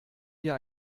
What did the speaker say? wir